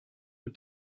mit